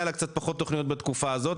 היה לה קצת פחות תוכניות בתקופה הזאת,